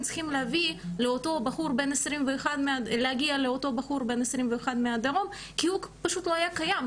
צריכים להגיע לאותו בחור בן 21 מהדרום כי הוא פשוט לא היה קיים,